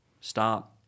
stop